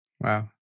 Wow